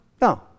No